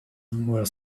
were